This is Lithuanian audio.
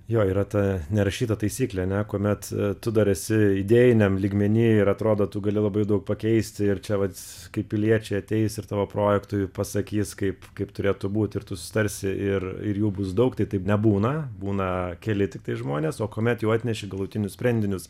jo yra ta nerašyta taisyklė ane kuomet tu dar esi idėjiniam lygmene ir atrodo tu gali labai daug pakeisti ir čia vat kaip piliečiai ateis ir tavo projektui pasakys kaip kaip turėtų būt ir tu susitarsi ir ir jų bus daug tai taip nebūna būna keli tiktai žmonės o kuomet jau atneši galutinius sprendinius